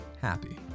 happy